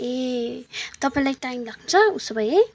ए तपाईँलाई टाइम लाग्छ उसो भए